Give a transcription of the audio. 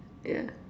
yeah